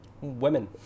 Women